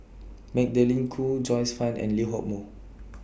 Magdalene Khoo Joyce fan and Lee Hock Moh